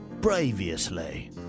Previously